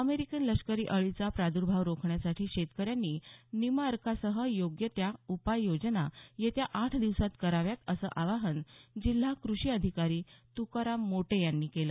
American लष्करी अळीचा प्राद्भाव रोखण्यासाठी शेतकऱ्यांनी निमअर्कासह योग्य त्या उपाय योजना येत्या आठ दिवसात कराव्यात असं आवाहन जिल्हा कृषी अधिकारी तुकाराम मोटे यांनी केलं